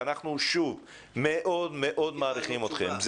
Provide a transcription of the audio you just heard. ואנחנו שוב מאוד מאוד מעריכים אתכם,